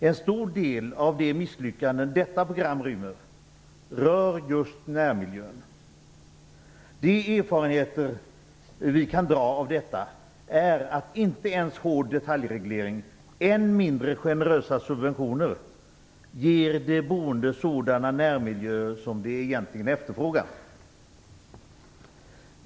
En stor del av de misslyckanden som detta program rymmer rör just närmiljön. De erfarenheter som vi kan dra av detta är att inte ens hård detaljreglering, och än mindre generösa subventioner, ger de boende sådana närmiljöer som de efterfrågar.